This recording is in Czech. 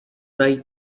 najít